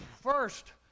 First